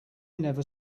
never